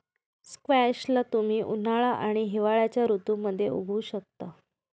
squash ला तुम्ही उन्हाळा आणि हिवाळ्याच्या ऋतूमध्ये उगवु शकता